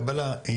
קבלה,